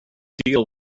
deal